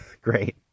Great